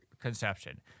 conception—